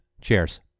cheers